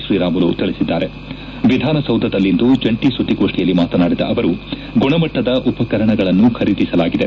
ಶ್ರೀರಾಮುಲು ತಿಳಿಸಿದ್ದಾರೆ ವಿಧಾನಸೌಧದಲ್ಲಿಂದು ಜಂಟ ಸುದ್ದಿಗೋಷ್ಠಿಯಲ್ಲಿ ಮಾತನಾಡಿದ ಅವರು ಗುಣಮಟ್ಟದ ಉಪಕರಣಗಳನ್ನು ಖರೀದಿಸಲಾಗಿದೆ